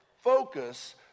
focus